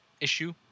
issue